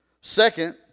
Second